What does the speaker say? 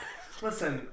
Listen